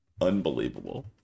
unbelievable